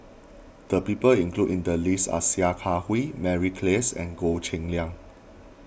the people included in the list are Sia Kah Hui Mary Klass and Goh Cheng Liang